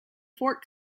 fort